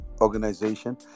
organization